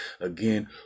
Again